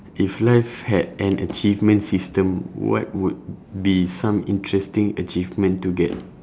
if life had an achievement system what would be some interesting achievement to get